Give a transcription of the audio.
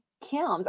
Kim's